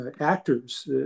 actors